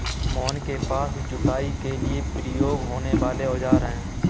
मोहन के पास जुताई के लिए प्रयोग होने वाले औज़ार है